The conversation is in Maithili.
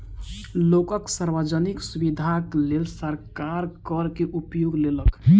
लोकक सार्वजनिक सुविधाक लेल सरकार कर के उपयोग केलक